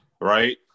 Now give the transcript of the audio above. right